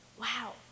Wow